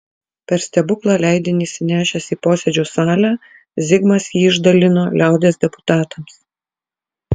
per stebuklą leidinį įsinešęs į posėdžių salę zigmas jį išdalino liaudies deputatams